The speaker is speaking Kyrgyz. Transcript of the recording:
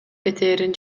кетээрин